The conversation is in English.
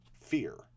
fear